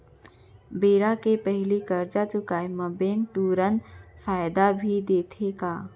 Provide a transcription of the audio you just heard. बेरा के पहिली करजा चुकोय म बैंक तुरंत फायदा भी देथे का?